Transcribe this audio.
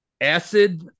acid